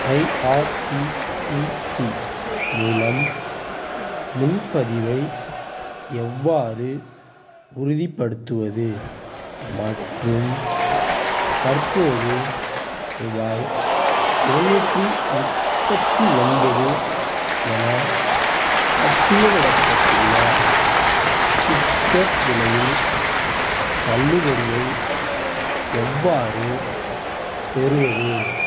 IRCTC மூலம் முன்பதிவை எவ்வாறு உறுதிப்படுத்துவது மற்றும் தற்போது ரூபாய் இரநூற்றி முப்பத்து ஒன்பது என பட்டியலிடப்பட்டுள்ள டிக்கெட் விலையில் தள்ளுபடியை எவ்வாறு பெறுவது